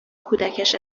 کودکش